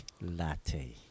Latte